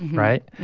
right?